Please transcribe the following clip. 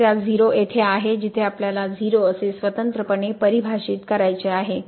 समस्या 0 येथे आहे जिथे आपल्याला 0 असे स्वतंत्रपणे परिभाषित करायचे आहे